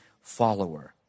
follower